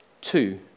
two